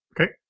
Okay